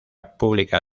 pública